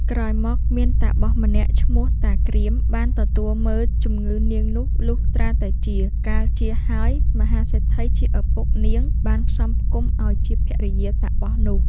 ក្រោយមកមានតាបសម្នាក់ឈ្មោះតា គ្រាម បានទទួលមើល ជំងឺនាងនោះលុះត្រាតែជា កាលជាហើយ មហាសេដ្ឋីជាឪពុកនាង បានផ្សំផ្គុំឱ្យជាភរិយាតាបសនោះ ។